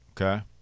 Okay